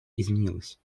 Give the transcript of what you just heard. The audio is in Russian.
изменилась